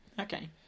Okay